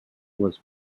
was